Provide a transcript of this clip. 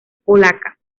polacas